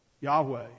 Yahweh